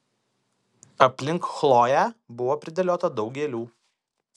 aplink chloję buvo pridėliota daug gėlių